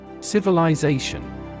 Civilization